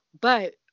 but-